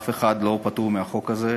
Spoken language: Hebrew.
אף אחד לא פטור מהחוק הזה,